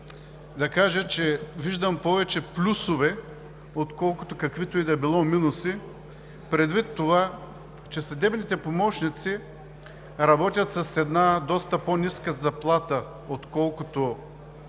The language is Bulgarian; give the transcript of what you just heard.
да кажа, че виждам повече плюсове, отколкото каквито и да било минуси предвид това, че съдебните помощници работят с доста по-ниска заплата, отколкото